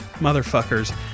motherfuckers